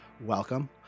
Welcome